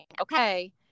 okay